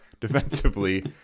defensively